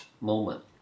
moment